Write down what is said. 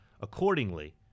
accordingly